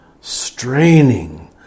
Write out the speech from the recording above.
straining